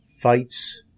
fights